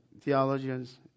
theologians